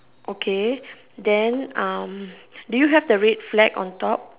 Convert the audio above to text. okay then um do you have the red flag on top